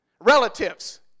Relatives